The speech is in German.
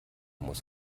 muss